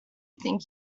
think